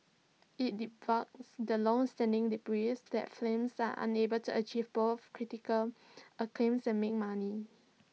IT debunks the longstanding belief that films are unable to achieve both critical acclaim and make money